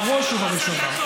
בראש ובראשונה.